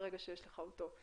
ברגע שיש לך אותו,